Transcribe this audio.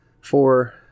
four